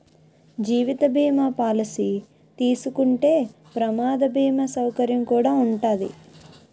జీవిత బీమా పాలసీ తీసుకుంటే ప్రమాద బీమా సౌకర్యం కుడా ఉంటాది